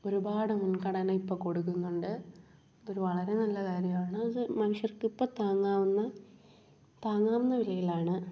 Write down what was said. ഒരുപാട് മുൻഗണ ഇപ്പോൾ കൊടുക്കുന്നുണ്ട് ഇതൊരു വളരെ നല്ല കാര്യമാണ് ഇത് മനുഷ്യർക്കിപ്പം താങ്ങാവുന്ന താങ്ങാവുന്ന വിലയിലാണ് അതിപ്പോൾ